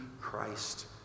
Christ